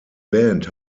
band